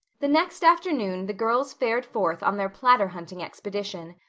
the next afternoon the girls fared forth on their platter hunting expedition.